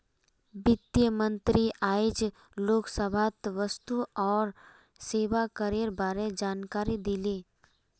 वित्त मंत्री आइज लोकसभात वस्तु और सेवा करेर बारे जानकारी दिले